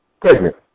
pregnant